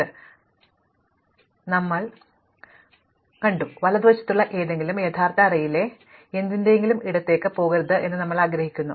ശരി ലയിപ്പിക്കൽ അടുക്കൽ സാധാരണയായി ഞങ്ങൾ സ്ഥിരമായി നൽകും വലതുവശത്തുള്ള എന്തെങ്കിലും യഥാർത്ഥ അറേയിലെ എന്തിന്റെയെങ്കിലും ഇടത്തേക്ക് പോകരുത് എന്ന് ഞങ്ങൾ ആഗ്രഹിക്കുന്നു